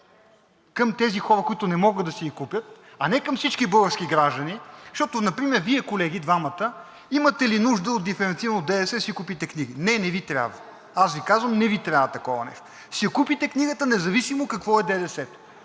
към тези хора, които не могат да си ги купят, а не към всички български граждани. Защото например, Вие колеги, двамата имате ли нужда от диференцирано ДДС да си купите книги? Не, не Ви трябва. Казвам Ви: не Ви трябва такова нещо. Ще си я купите книгата независимо какво е ДДС-то.